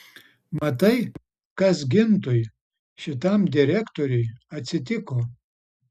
matai kas gintui šitam direktoriui atsitiko